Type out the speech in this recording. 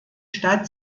stadt